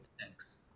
Thanks